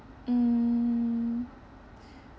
mm